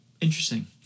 interesting